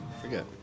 Forget